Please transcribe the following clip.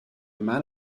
man